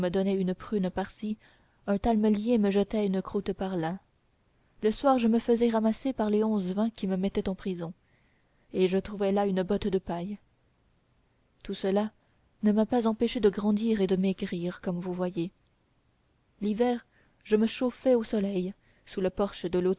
donnait une prune par-ci un talmellier me jetait une croûte par-là le soir je me faisais ramasser par les onze vingts qui me mettaient en prison et je trouvais là une botte de paille tout cela ne m'a pas empêché de grandir et de maigrir comme vous voyez l'hiver je me chauffais au soleil sous le porche de